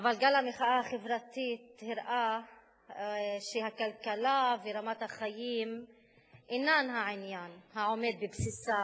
אבל גל המחאה החברתית הראה שהכלכלה ורמת החיים אינן העניין העומד בבסיסה